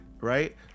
right